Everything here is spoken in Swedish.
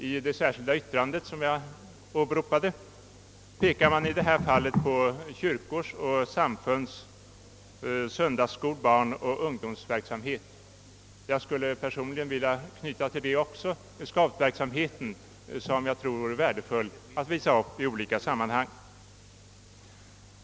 I det särskilda yttrande som jag åberopade framhåller man möjligheten att följa kyrkors och samfunds söndagsskole-, barnoch ungdomsarbete. Jag skulle personligen vilja tillfoga scoutverksamheten, som det enligt min mening vore värdefullt att visa upp i olika sammanhang.